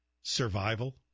survival